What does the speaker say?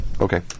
Okay